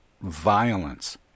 violence